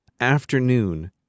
afternoon